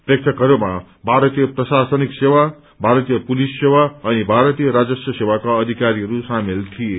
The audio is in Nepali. प्रेक्षकहरूमा भारतीय प्रशासनिक सेवा भारतीय पुलिस सेवा अनि भारतीय राजस्व सेवाका अधिकारीहरू सामेल थिए